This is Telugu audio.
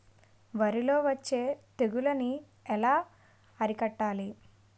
వరిలో వచ్చే తెగులని ఏలా అరికట్టాలి?